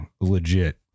legit